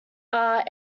are